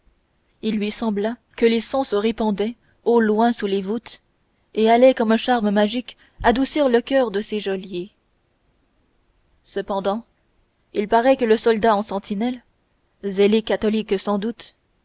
il lui sembla que les sons se répandaient au loin sous les voûtes et allaient comme un charme magique adoucir le coeur de ses geôliers cependant il paraît que le soldat en sentinelle zélé catholique sans doute